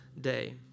day